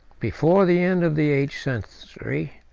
before the end of the eighth century,